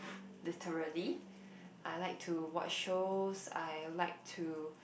literally I like to watch shows I like to